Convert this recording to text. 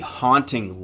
haunting